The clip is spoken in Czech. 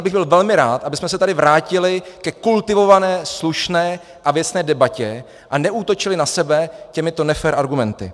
Já bych byl velmi rád, abychom se tady vrátili ke kultivované, slušné a věcné debatě, a neútočili na sebe těmito nefér argumenty.